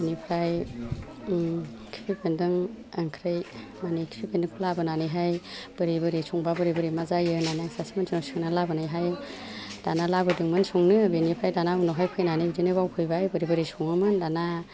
बिनिफ्राय खिफि बेन्दों ओंख्रि मानि खिफि बेन्दोंखौ लाबोनानैहाइ बोरै बोरै संबा बोरै बोरै मा जायो होन्नानै आं सासे मानसिनाव सोंनानै लाबोनायहाइ दाना लाबोदोंमोन संनो बिनिफ्राय दाना उनावहाइ फैनानै बिदिनो बावफैबाय बोरै बोरै सङोमोन दाना